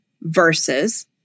versus